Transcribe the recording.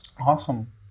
awesome